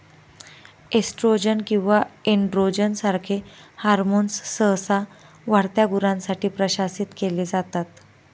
oestrogen किंवा androgen सारखे hormones सहसा वाढत्या गुरांसाठी प्रशासित केले जातात